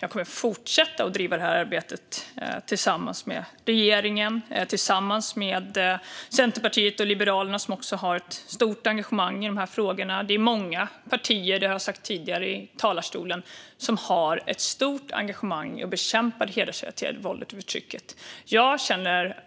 Jag kommer att fortsätta att driva detta arbete tillsammans med regeringen och tillsammans med Centerpartiet och Liberalerna, som också har ett stort engagemang i dessa frågor. Som jag har sagt tidigare i talarstolen är det många partier som har ett stort engagemang för att bekämpa det hedersrelaterade våldet och förtrycket. Jag känner